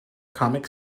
comic